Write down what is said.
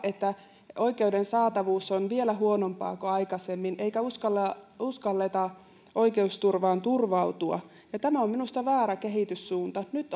että oikeuden saatavuus on vielä huonompaa kuin aikaisemmin eikä uskalleta uskalleta oikeuspalveluihin turvautua ja tämä on minusta väärä kehityssuunta nyt